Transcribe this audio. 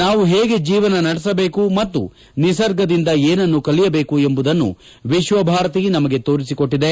ನಾವು ಹೇಗೆ ಜೀವನ ನಡೆಸಬೇಕು ಮತ್ತು ನಿರ್ಸಗದಿಂದ ಏನನ್ನು ಕಲಿಯಬೇಕು ಎಂಬುದನ್ನು ವಿಶ್ವಭಾರತಿ ನಮಗೆ ತೋರಿಸಿಕೊಟ್ಟದೆ